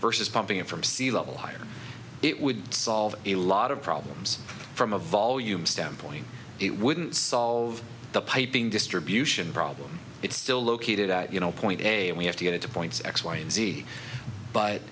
versus pumping it from sea level higher it would solve a lot of problems from a volume standpoint it wouldn't solve the piping distribution problem it's still located at you know point and we have to get it to points x y